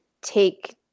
take